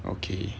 okay